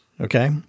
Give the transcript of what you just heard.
okay